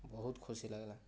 ବହୁତ ଖୁସି ଲାଗିଲା